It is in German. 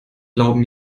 glauben